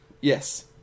yes